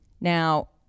Now